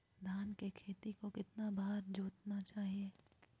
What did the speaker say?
धान के खेत को कितना बार जोतना चाहिए?